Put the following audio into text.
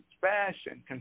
Fashion